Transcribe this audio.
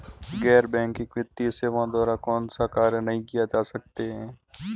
गैर बैंकिंग वित्तीय सेवाओं द्वारा कौनसे कार्य नहीं किए जा सकते हैं?